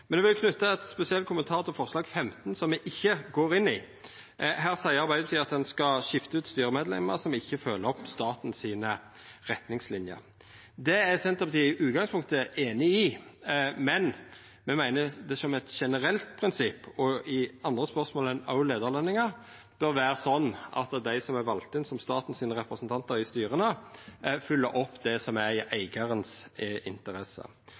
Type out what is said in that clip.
men eg vil knyta ein spesiell kommentar til forslag nr. 15, som me ikkje går inn for. Her seier Arbeiderpartiet at ein skal skifta ut styremedlemar som ikkje følgjer opp retningslinene frå staten. Det er Senterpartiet i utgangspunktet einig i, men me meiner at det som eit generelt prinsipp òg i andre spørsmål enn leiarløningar bør vera sånn at dei som er valde inn som staten sine representantar i styra, følgjer opp det som er i